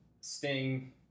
Sting